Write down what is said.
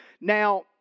Now